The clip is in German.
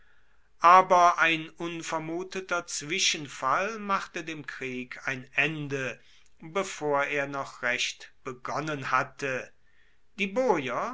aber ein unvermuteter zwischenfall machte dem krieg ein ende bevor er noch recht begonnen hatte die boier